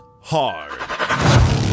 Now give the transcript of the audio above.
hard